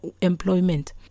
employment